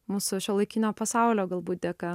mūsų šiuolaikinio pasaulio galbūt dėka